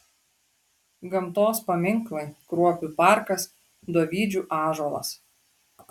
gamtos paminklai kruopių parkas dovydžių ąžuolas